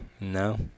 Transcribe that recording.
No